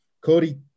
Cody